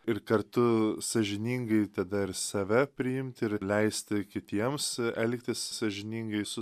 ir kartu sąžiningai tada ir save priimti ir leisti kitiems elgtis sąžiningai su